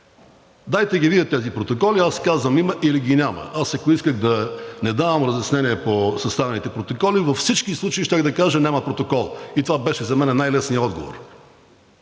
Дайте да ги видя тези протоколи и аз казвам дали ги има, или ги няма. Ако исках да не давам разяснение по съставените протоколи, във всички случаи щях да кажа – няма протокол. Това беше за мен най-лесният отговор.